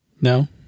No